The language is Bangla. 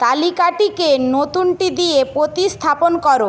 তালিকাটিকে নতুনটি দিয়ে প্রতিস্থাপন করো